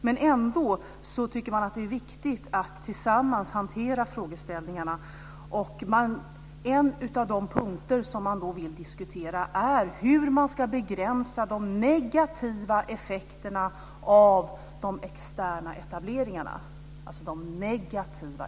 Men ändå tycker man att det är viktigt att tillsammans hantera frågeställningarna, och en av de punkter som man vill diskutera är hur man ska begränsa de negativa effekterna av de externa etableringarna.